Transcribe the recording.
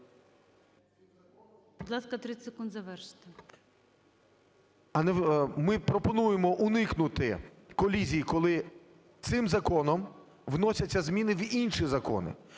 Ми пропонуємо уникнути колізії, коли цим законом вносяться зміни в інші закони,